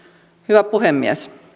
hyvä puhemies